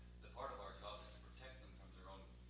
the part of our job is to protect them from their own